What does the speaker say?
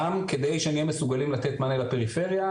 גם כדי שנהיה מסוגלים לתת מענה לפריפריה.